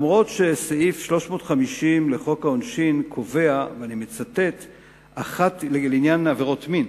שסעיף 350 לחוק העונשין קובע לעניין עבירות מין: